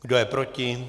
Kdo je proti?